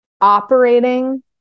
operating